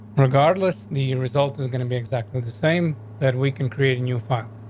regardless, the result is gonna be exactly the same that we can create a new file.